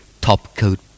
topcoat